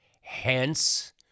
Hence